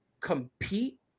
compete